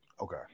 Okay